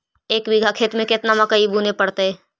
एक बिघा खेत में केतना मकई बुने पड़तै?